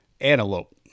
antelope